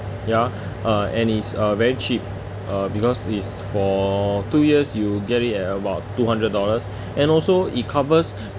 ya uh and it's uh very cheap uh because it's for two years you get it at about two hundred dollars and also it covers